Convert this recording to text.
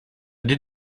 did